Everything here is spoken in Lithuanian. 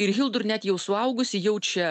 ir hildur net jau suaugusi jaučia